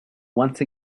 once